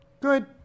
Good